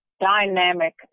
dynamic